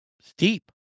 steep